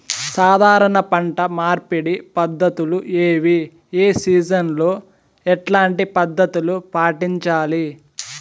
సాధారణ పంట మార్పిడి పద్ధతులు ఏవి? ఏ సీజన్ లో ఎట్లాంటి పద్ధతులు పాటించాలి?